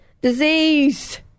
disease